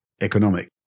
Economic